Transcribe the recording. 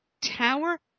Tower